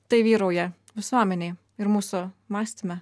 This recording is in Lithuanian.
tai vyrauja visuomenėj ir mūsų mąstyme